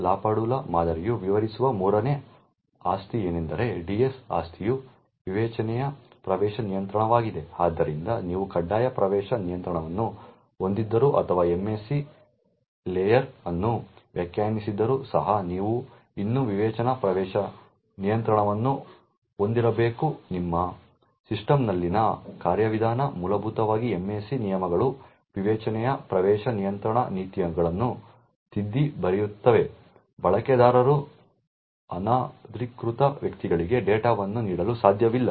Bell LaPadula ಮಾದರಿಯು ವಿವರಿಸುವ ಮೂರನೇ ಆಸ್ತಿಯೆಂದರೆ DS ಆಸ್ತಿಯು ವಿವೇಚನೆಯ ಪ್ರವೇಶ ನಿಯಂತ್ರಣವಾಗಿದೆ ಆದ್ದರಿಂದ ನೀವು ಕಡ್ಡಾಯ ಪ್ರವೇಶ ನಿಯಂತ್ರಣವನ್ನು ಹೊಂದಿದ್ದರೂ ಅಥವಾ MAC ಲೇಯರ್ ಅನ್ನು ವ್ಯಾಖ್ಯಾನಿಸಿದ್ದರೂ ಸಹ ನೀವು ಇನ್ನೂ ವಿವೇಚನಾ ಪ್ರವೇಶ ನಿಯಂತ್ರಣವನ್ನು ಹೊಂದಿರಬೇಕು ನಿಮ್ಮ ಸಿಸ್ಟಂನಲ್ಲಿನ ಕಾರ್ಯವಿಧಾನ ಮೂಲಭೂತವಾಗಿ MAC ನಿಯಮಗಳು ವಿವೇಚನೆಯ ಪ್ರವೇಶ ನಿಯಂತ್ರಣ ನೀತಿಗಳನ್ನು ತಿದ್ದಿ ಬರೆಯುತ್ತವೆ ಬಳಕೆದಾರರು ಅನಧಿಕೃತ ವ್ಯಕ್ತಿಗಳಿಗೆ ಡೇಟಾವನ್ನು ನೀಡಲು ಸಾಧ್ಯವಿಲ್ಲ